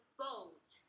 boat